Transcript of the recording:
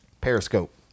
Periscope